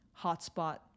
hotspot